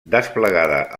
desplegada